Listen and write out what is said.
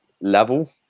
level